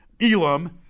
Elam